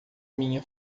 minha